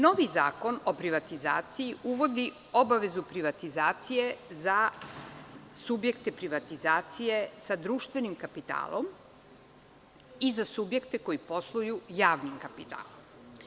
Novi zakon o privatizaciji uvodi obavezu privatizacije za subjekte privatizacije sa društvenim kapitalom i za subjekte koji posluju javnim kapitalom.